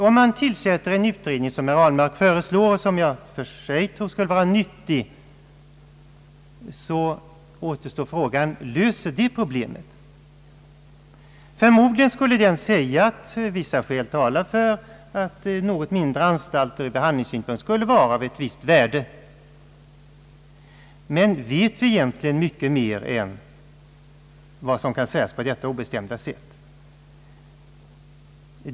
Om man tillsätter en utredning — som herr Ahlmark föreslår och som jag i och för sig tror skulle vara nyttig — återstår frågan om det löser hela problemet. Förmodligen skulle utredningen säga, att vissa skäl talar för att något mindre anstalter vore av ett visst värde ur behandlingssynpunkt — men vet vi egentligen mycket mer än vad som kan sägas på detta obestämda sätt?